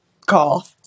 call